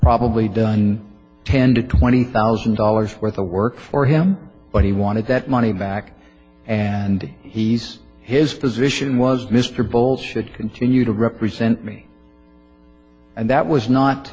probably done ten to twenty thousand dollars worth of work for him but he wanted that money back and he's his position was mr bowles should continue to represent me and that was